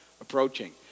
approaching